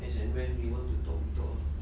as and when you want to talk we talk uh